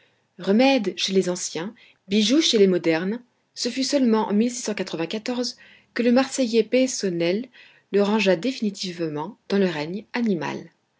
remède chez les anciens bijou chez les modernes ce fut seulement en que le marseillais peysonnel le rangea définitivement dans le règne animal